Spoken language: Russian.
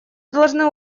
должны